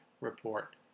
Report